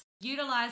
utilize